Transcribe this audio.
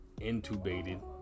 intubated